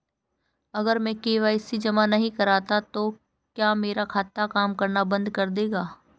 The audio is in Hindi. अगर मैं के.वाई.सी जमा नहीं करता तो क्या मेरा खाता काम करना बंद कर देगा?